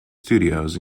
studios